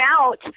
out